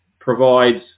provides